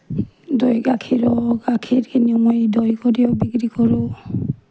দৈ গাখীৰ হওঁক গাখীৰ কিনোঁ মই দৈ কৰিও বিক্ৰী কৰোঁ